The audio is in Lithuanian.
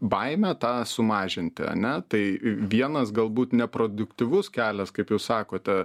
baimę tą sumažinti ane tai vienas galbūt neproduktyvus kelias kaip jūs sakote